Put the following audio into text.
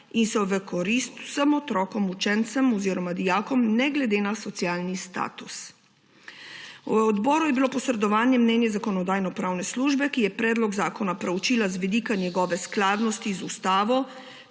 in so v korist vsem otrokom, učencem oziroma dijakom, ne glede na socialni status. Odboru je bilo posredovano mnenje Zakonodajno-pravne službe, ki je predlog zakona proučila z vidika njegove skladnosti z ustavo,